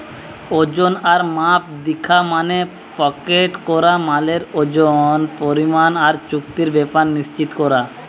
ওজন আর মাপ দিখা মানে প্যাকেট করা মালের ওজন, পরিমাণ আর চুক্তির ব্যাপার নিশ্চিত কোরা